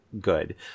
good